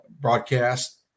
broadcast